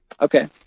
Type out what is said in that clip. Okay